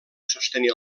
sostenir